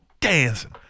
dancing